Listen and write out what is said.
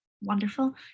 wonderful